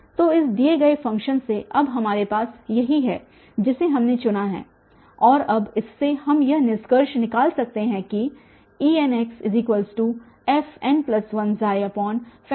तो इस दिए गए फ़ंक्शन से अब हमारे पास यही है जिसे हमने चुना है और अब इससे हम यह निष्कर्ष निकाल सकते हैं कि Enxfn1n1